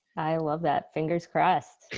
i love that. fingers crossed.